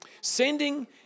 Sending